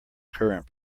current